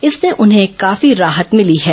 इससे उन्हें काफी राहत मिली है